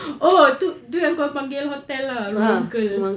oh tu tu yang kau orang panggil hotel ah rumah uncle